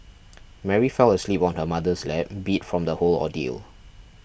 Mary fell asleep on her mother's lap beat from the whole ordeal